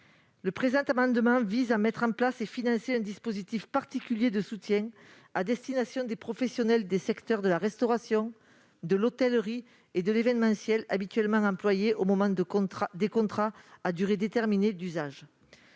Le présent amendement vise donc à mettre en place et financer un dispositif particulier de soutien à destination des professionnels des secteurs de la restauration, de l'hôtellerie et de l'événementiel habituellement employés au moyen de contrats à durée déterminée d'usage.